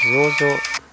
ज' ज'